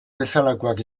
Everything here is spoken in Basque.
bezalakoak